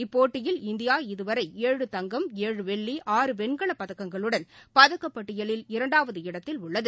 இப்போட்டியில் இந்தியா இதுவரை ஏழு தங்கம் ஏழு வெள்ளி ஆறு வெண்கலப் பதக்கங்களுடன் பதக்கப்பட்டியலில் இரண்டாவது இடத்தில் உள்ளது